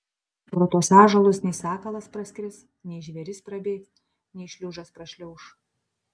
pro tuos ąžuolus nei sakalas praskris nei žvėris prabėgs nei šliužas prašliauš